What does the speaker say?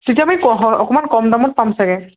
তেতিয়া আমি হয় অকণমান কম দামত পাম চাগে